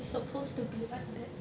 it's supposed to be like that